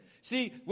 See